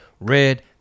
red